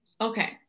Okay